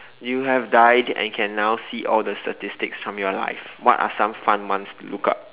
you have died and can now see all the statistic from your life what are some fun ones to look up